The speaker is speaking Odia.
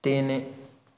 ତିନି